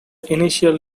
initial